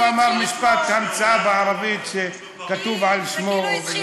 הוא אמר משפט, המצאה בערבית, שכתוב על שמו.